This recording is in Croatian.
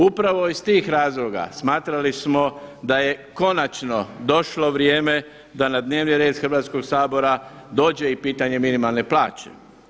Upravo iz tih razloga smatrali smo da je konačno došlo vrijeme da na dnevni red Hrvatskog sabora dođe i pitanje minimalne plaće.